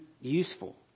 useful